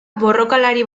borrokalari